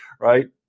Right